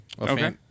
Okay